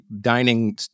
dining